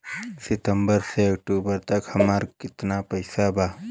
सितंबर से अक्टूबर तक हमार कितना पैसा बा?